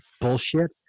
bullshit